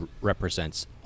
represents